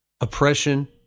oppression